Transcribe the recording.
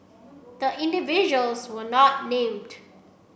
the individuals were not named